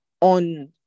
on